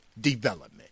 development